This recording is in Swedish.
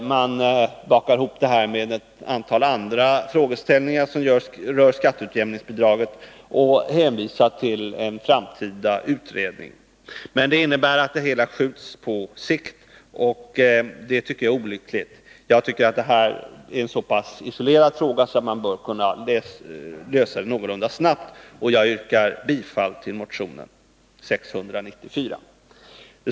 Man bakar ihop detta med ett antal andra frågeställningar som rör skatteutjämningsbidraget och hänvisar till en framtida utredning. Det innebär att det hela skjuts på framtiden, och det är olyckligt. Detta är en så isolerad fråga att den bör kunna klaras av någorlunda snabbt. Jag yrkar bifall till motion 694.